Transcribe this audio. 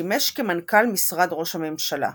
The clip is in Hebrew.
שימש כמנכ"ל משרד ראש הממשלה.